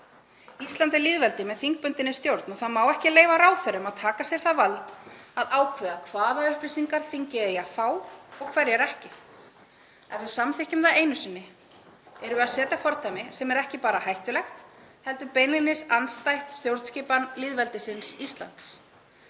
Ísland er lýðveldi með þingbundinni stjórn og það má ekki leyfa ráðherrum að taka sér það vald að ákveða hvaða upplýsingar þingið eigi að fá og hverjar ekki. Ef við samþykkjum það einu sinni erum við að setja fordæmi sem er ekki bara hættulegt heldur beinlínis andstætt stjórnskipan lýðveldisins Íslands,